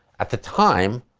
at the time,